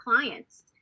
clients